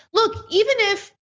look. even if,